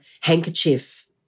handkerchief